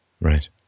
right